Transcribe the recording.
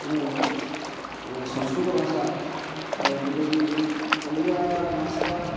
ତେଣୁ ଏ ସଂସ୍କୃତ ଭାଷା ଯେଉଁଟାକି ଓଡ଼ିଆ ଭାଷା